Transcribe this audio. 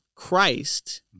Christ